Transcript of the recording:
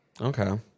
Okay